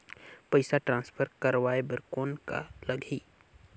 पइसा ट्रांसफर करवाय बर कौन का लगही?